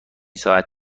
ساعت